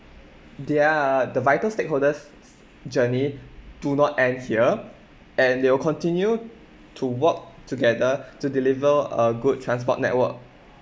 their the vital stakeholders' journey do not end here and they will continue to work together to deliver a good transport network